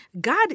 God